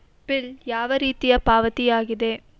Bill ಯಾವ ರೀತಿಯ ಪಾವತಿಯಾಗಿದೆ?